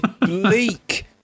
bleak